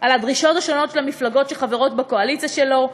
על הדרישות של המפלגות שחברות בקואליציה שלו.